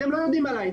אתם לא יודעים עלי.